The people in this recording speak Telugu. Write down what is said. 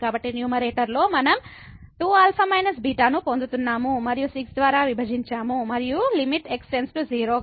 కాబట్టి న్యూమరేటర్లో మనం 2α β ను పొందుతున్నాము మరియు 6 ద్వారా విభజించాము మరియు లిమిట్ x → 0